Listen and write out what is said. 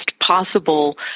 possible